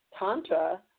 Tantra